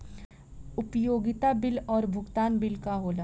उपयोगिता बिल और भुगतान बिल का होला?